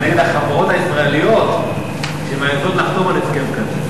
אבל נגד החברות הישראליות שמעזות לחתום על הסכם כזה.